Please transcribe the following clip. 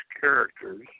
characters